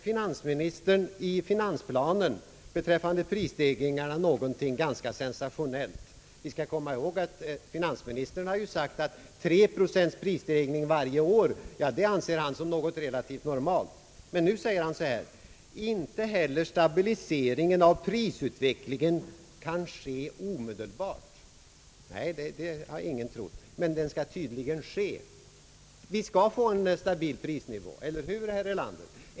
Finansministern säger i finansplanen beträffande prisstegringarna någonting ganska sensationellt — vi bör komma ihåg att finansministern tidigare sagt att en prisstegring med tre procent varje år kan anses som någonting relativt normalt — nämligen: »Inte heller stabiliseringen av prisutvecklingen kan ske omedelbart.» Nej, det har ingen trott, men den skall tydligen ske — vi skall få en stabil prisnivå, eller hur, herr Erlander?